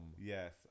Yes